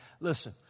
Listen